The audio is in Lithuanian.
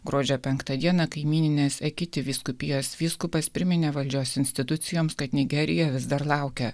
gruodžio penktą dieną kaimyninės ekiti vyskupijos vyskupas priminė valdžios institucijoms kad nigerija vis dar laukia